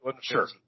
Sure